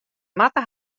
moatte